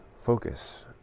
focus